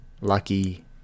lucky